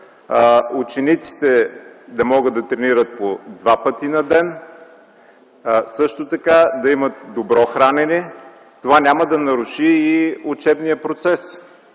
учениците да могат да тренират по два пъти на ден, а също така да имат добро хранене. Това няма да наруши и учебния процес